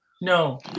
No